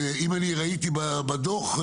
ואם אני ראיתי בדוח,